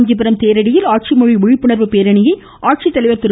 காஞ்சிபுரம் தேரடியில் ஆட்சி மொழி விழிப்புணர்வு பேரணியை ஆட்சித்தலைவர் திரு